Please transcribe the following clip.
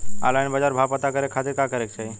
Online बाजार भाव पता करे के खाती का करे के चाही?